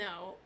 no